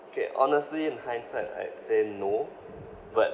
K honestly in hindsight I'd say no but